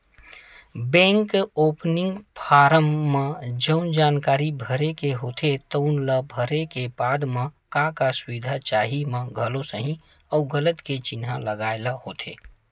bank opening form म जउन जानकारी भरे के होथे तउन ल भरे के बाद म का का सुबिधा चाही म घलो सहीं अउ गलत के चिन्हा लगाए ल होथे